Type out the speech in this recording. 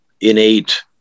innate